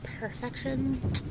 perfection